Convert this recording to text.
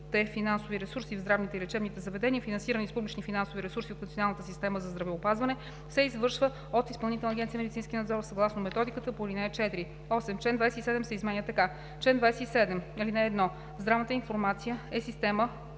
финансови ресурси в здравните и лечебните заведения, финансирани с публични финансови ресурси от Националната система за здравеопазване, се извършва от Изпълнителна агенция „Медицински надзор“ съгласно методиката по ал. 4.“ 8. Чл. 27 се изменя така: „Чл. 27. (1) Здравната информация е система